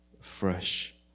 fresh